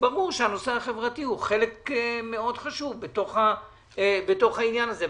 ברור שהנושא החברתי הוא חלק מאוד חשוב בתוך העניין הזה.